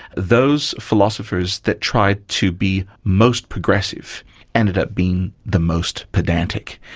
those philosophers that tried to be most progressive ended up being the most pedantic.